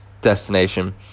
destination